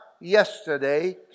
yesterday